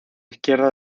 izquierda